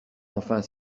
enfin